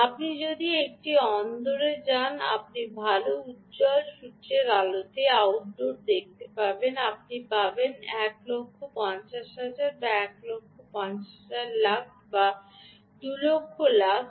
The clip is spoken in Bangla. আপনি এটি অন্দর পাবেন না আপনি ভাল উজ্জ্বল সূর্যের আলোতে আউটডোর পাবেন আপনি পাবেন 150000 বা 150000 লাক্স বা 200000 লাক্স